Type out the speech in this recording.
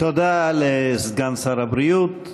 תודה לסגן שר הבריאות.